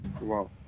Wow